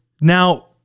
Now